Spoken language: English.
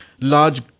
Large